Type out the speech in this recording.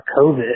COVID